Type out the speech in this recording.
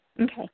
Okay